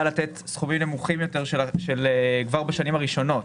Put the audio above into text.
לתת סכומים נמוכים יותר כבר בשנים הראשונות.